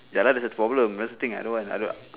ya lah that's the problem that's the thing I don't want I don't